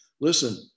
listen